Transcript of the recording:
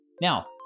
Now